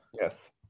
Yes